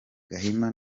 gahima